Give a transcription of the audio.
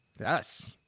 Yes